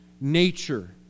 nature